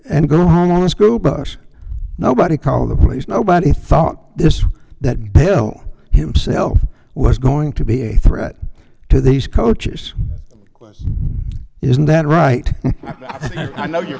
and go home on a school bus nobody called the police nobody thought this that bill himself was going to be a threat to these coaches isn't that right i know you